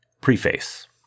Preface